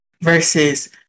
versus